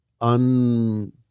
un